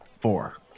Four